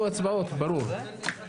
ננעלה